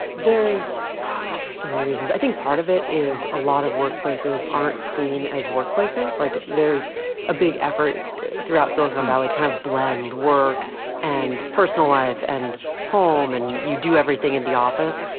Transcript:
there's there's so many reasons. i think part of it is a lot of workplaces aren't seen as workplaces. like there's a big effort throughout silicon valley to kind of blend work and personal life and home, and you do everything in the office.